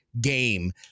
Game